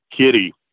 Kitty